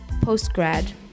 post-grad